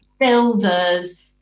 builders